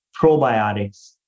probiotics